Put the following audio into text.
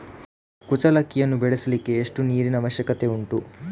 ಕುಚ್ಚಲಕ್ಕಿಯನ್ನು ಬೆಳೆಸಲಿಕ್ಕೆ ಎಷ್ಟು ನೀರಿನ ಅವಶ್ಯಕತೆ ಉಂಟು?